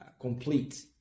complete